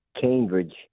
Cambridge